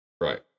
right